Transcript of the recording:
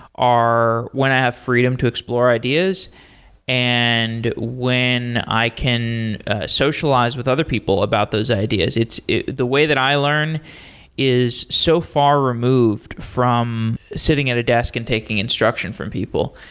are when i have freedom to explore ideas and when i can socialize with other people about those ideas. the way that i learn is so far removed from sitting at a desk and taking instruction from people.